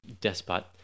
despot